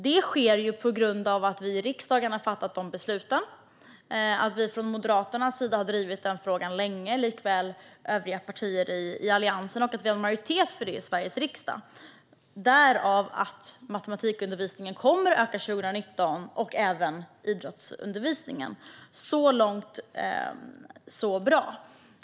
Detta sker på grund av att vi i riksdagen har fattat detta beslut, att vi i Moderaterna likväl som övriga partier i Alliansen har drivit frågan länge och att vi har en majoritet för detta i Sveriges riksdag. Därav följer att matematikundervisningen kommer att öka 2019 och även idrottsundervisning. Så långt, så bra.